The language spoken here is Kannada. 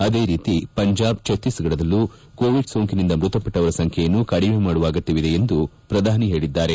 ಅದೇ ರೀತಿ ಪಂಜಾಬ್ ಚತ್ತೀಸ್ಗಢದಲ್ಲೂ ಕೋವಿಡ್ ಸೋಂಕಿನಿಂದ ಮೃತಪಟ್ಟವರ ಸಂಖ್ಯೆಯನ್ನು ಕಡಿಮೆ ಮಾಡುವ ಅಗತ್ಯವಿದೆ ಎಂದು ಪ್ರಧಾನಿ ಹೇಳಿದ್ದಾರೆ